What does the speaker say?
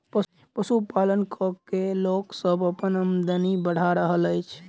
पशुपालन क के लोक सभ अपन आमदनी बढ़ा रहल अछि